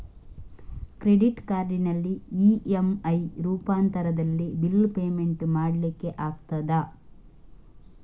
Credit ಕಾರ್ಡಿನಲ್ಲಿ EMI ರೂಪಾಂತರದಲ್ಲಿ bill payment ಮಾಡ್ಲಿಕ್ಕೆ ಆಗ್ತದ?